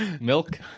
Milk